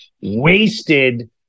wasted